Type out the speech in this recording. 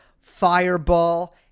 fireball